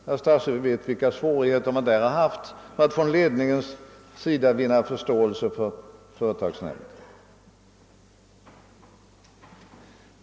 Herr statsrådet vet vilka svårigheter ledningen där haft att vinna förståelse för företagsnämnden.